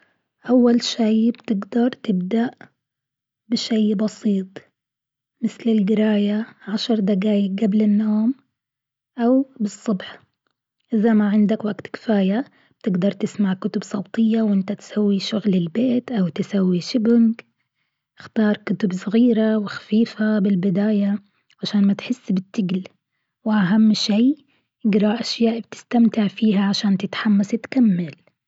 أول شيء بتقدر تبدأ بشيء بسيط مثل القراية عشر دقايق قبل النوم أو بالصبح، إذا ما عندك وقت كفاية تقدر تسمع كتب صوتية وأنت تسوي شغل البيت أو تسوي sopping اختار كتب صغيرة وخفيفة بالبداية عشان ما تحس بالتقل، وأهم شيء أقرا أشياء بتستمتع فيها عشان تتحمس تكمل.